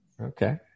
Okay